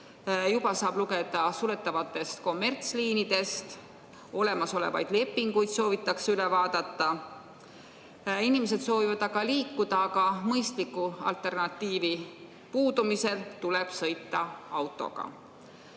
Juba saab lugeda suletavatest kommertsliinidest. Olemasolevaid lepinguid soovitakse üle vaadata. Inimesed soovivad liikuda, aga mõistliku alternatiivi puudumisel tuleb sõita autoga.